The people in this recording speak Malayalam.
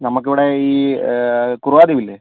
നമുക്കിവിടെ ഈ കുറുവ ദ്വീപില്ലേ